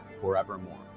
forevermore